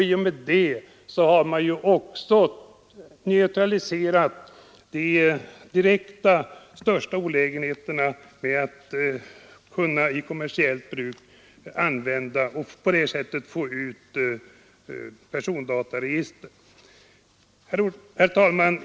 I och med det har man också neutraliserat de största direkta olägenheterna av att persondataregister kan utnyttjas kommersiellt.